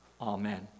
amen